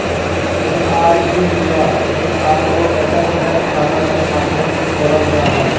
NRE या NRO बचत bank खाता के माध्यम से खोलल जा हइ